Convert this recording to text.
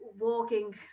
walking